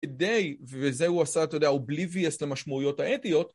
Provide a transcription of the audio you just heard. כדי, וזהו הוא עשה, אתה יודע, אובליביוס למשמעויות האתיות